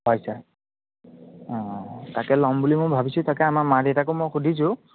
হয় ছাৰ অঁ তাকে ল'ম বুলি মই ভাবিছোঁ তাকে আমাৰ মা দেউতাকো মই সুধিছোঁ